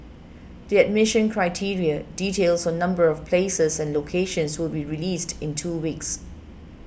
the admission criteria details on number of places and locations will be released in two weeks